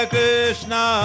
Krishna